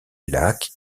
lac